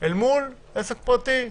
אל מול עסק פרטי,